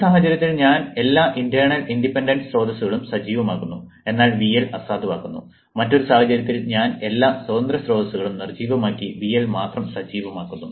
ഒരു സാഹചര്യത്തിൽ ഞാൻ എല്ലാ ഇന്റേണൽ ഇൻഡിപെൻഡന്റ് സ്രോതസ്സുകളും സജീവമാക്കുന്നു എന്നാൽ VL അസാധുവാക്കുന്നു മറ്റൊരു സാഹചര്യത്തിൽ ഞാൻ എല്ലാ സ്വതന്ത്ര സ്രോതസ്സുകളും നിർജ്ജീവമാക്കി VL മാത്രം സജീവമാക്കുന്നു